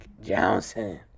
Johnson